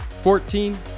fourteen